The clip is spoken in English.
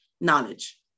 knowledge